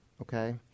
okay